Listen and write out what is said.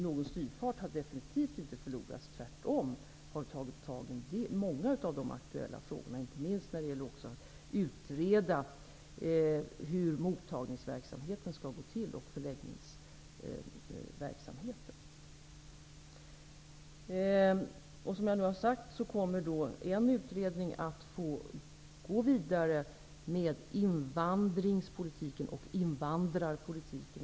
Någon styrfart har vi definitivt inte förlorat, utan tvärtom har vi tagit tag i många av de aktuella frågorna, inte minst när det gäller att utreda hur mottagningsverksamheten och förläggningsverksamheten skall gå till. Som jag nu har sagt, kommer en utredning att få gå vidare med invandringspolitiken och invandrarpolitiken.